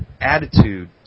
attitude